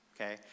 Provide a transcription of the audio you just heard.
okay